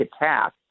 attack